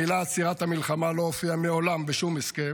המילים עצירת המלחמה לא הופיעו מעולם בשום הסכם,